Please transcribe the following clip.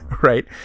right